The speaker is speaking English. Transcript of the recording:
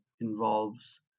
involves